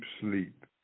sleep